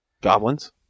Goblins